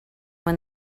when